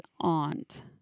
aunt